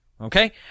Okay